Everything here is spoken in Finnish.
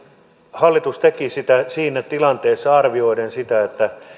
hallitus teki niin siinä tilanteessa arvioiden sitä